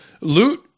loot